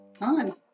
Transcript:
on